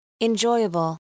Enjoyable